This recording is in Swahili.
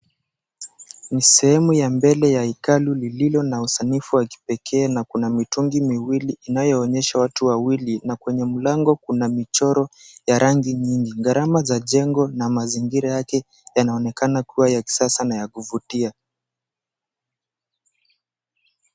Ni sehemu ya mbele ya hekalu lililo na usanifu wa kipekee na kuna mitungi miwili inayoonyesha watu wawili. Na kwenye mlango kuna michoro ya rangi nyingi. Gharama za jengo na mazingira yake yanaonekana kuwa ya kisasa na ya kuvutia.